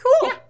Cool